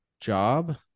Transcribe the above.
job